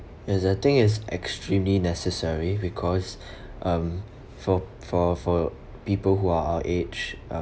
cause I think it's extremely necessary because um for for for people who are our age